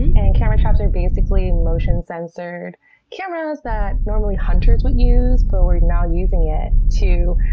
and and camera traps are basically motion sensor cameras that normally hunters would use but we're now using it to,